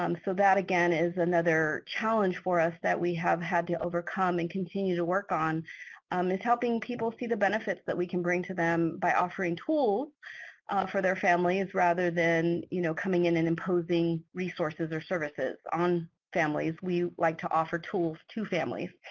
um so that again is another challenge for us that we have had to overcome and continue to work on um is helping people see the benefits that we can bring to them by offering tools for their families rather than you know coming in and imposing resources or services on families. we like to offer tools to families.